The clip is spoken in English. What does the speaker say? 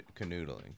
canoodling